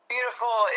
beautiful